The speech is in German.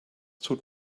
tut